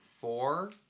four